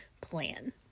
plan